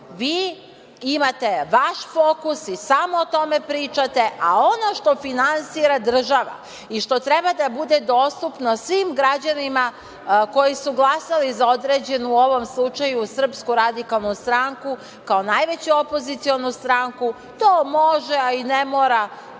Vi imate vaš fokus i samo o tome pričate, a ono što finansira država i što treba da bude dostupno svim građanima koji su glasali za određenu, u ovom slučaju, SRS kao najveću opozicionu stranku, to može a i ne